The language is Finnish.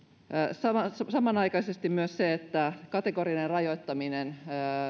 ja samanaikaisesti myös sitä että kategorinen rajoittaminen